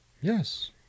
Yes